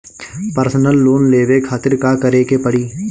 Personal loan लेवे खातिर का करे के पड़ी?